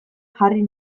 jarri